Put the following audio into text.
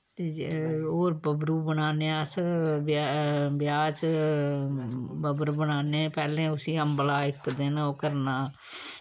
ते जे होर बबरू बनाने अस ब ब्याह् च बबरू बनाने पैह्ले उस्सी अम्ब्ला इक दिन ओह् करना